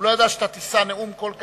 הוא לא ידע שאתה תישא נאום כל כך,